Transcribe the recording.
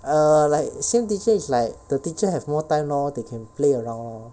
err like same teacher is like the teacher have more time lor they can play around lor